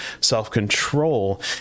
Self-control